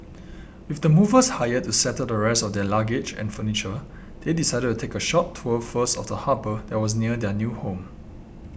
with the movers hired to settle the rest of their luggage and furniture they decided to take a short tour first of the harbour that was near their new home